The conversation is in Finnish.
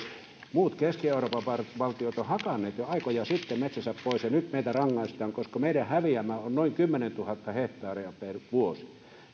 muut keski euroopan valtiot ovat hakanneet jo aikoja sitten metsänsä pois ja nyt meitä rangaistaan koska meidän häviämä on noin kymmenentuhatta hehtaaria per vuosi